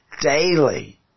daily